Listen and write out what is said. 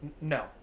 No